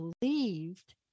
believed